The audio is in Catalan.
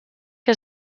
que